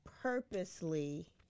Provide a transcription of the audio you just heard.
purposely